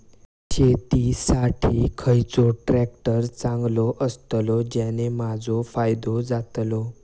शेती साठी खयचो ट्रॅक्टर चांगलो अस्तलो ज्याने माजो फायदो जातलो?